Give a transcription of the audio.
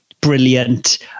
brilliant